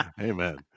Amen